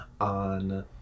on